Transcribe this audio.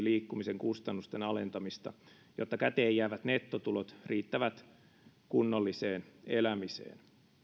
liikkumisen kustannusten alentamista jotta käteen jäävät nettotulot riittävät kunnolliseen elämiseen